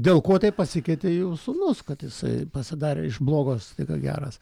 dėl ko taip pasikeitė jų sūnus kad jisai pasidarė iš blogos tik geras